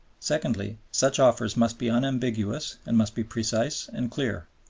secondly, such offers must be unambiguous and must be precise and clear.